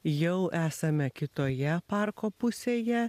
jau esame kitoje parko pusėje